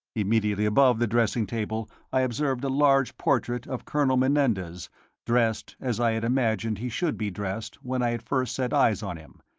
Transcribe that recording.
immediately above the dressing-table i observed a large portrait of colonel menendez dressed as i had imagined he should be dressed when i had first set eyes on him,